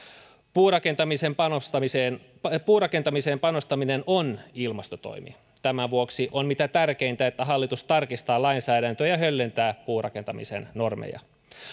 puurakentamiseen panostaminen puurakentamiseen panostaminen on ilmastotoimi tämän vuoksi on mitä tärkeintä että hallitus tarkistaa lainsäädäntöä ja höllentää puurakentamisen normeja